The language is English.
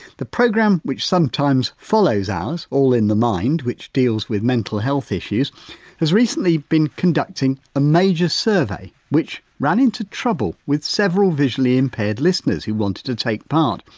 the programme which sometimes follows ours all in the mind which deals with mental health issues has recently been conducting a major survey, which ran into trouble with several visually impaired listeners who wanted to take part.